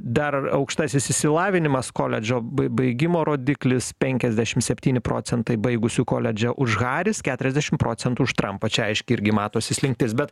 dar aukštasis išsilavinimas koledžo bai baigimo rodiklis penkiasdešim septyni procentai baigusių koledže už haris keturiasdešim procentų už trampą čia aiškiai irgi matosi slinktis bet